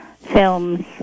Films